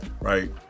Right